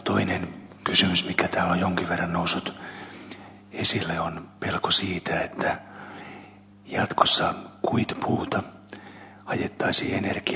toinen kysymys joka täällä on jonkin verran noussut esille on pelko siitä että jatkossa kuitupuuta ajettaisiin energiaksi